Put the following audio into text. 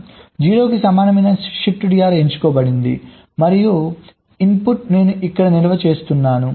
0 కి సమానమైన ShiftDR ఎంచుకోబడింది మరియు ఇన్పుట్ నేను ఇక్కడ నిల్వ చేస్తున్నాను